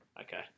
Okay